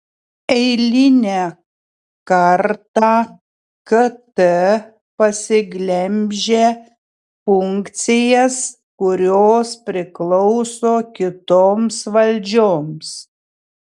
eilinę kartą kt pasiglemžia funkcijas kurios priklauso kitoms valdžioms